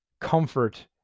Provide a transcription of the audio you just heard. comfort